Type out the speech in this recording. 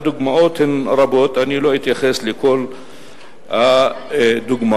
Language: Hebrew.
הדוגמאות הן רבות, ולא אתייחס לכל הדוגמאות.